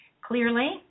clearly